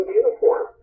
uniform